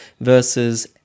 versus